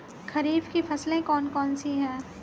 खरीफ की फसलें कौन कौन सी हैं?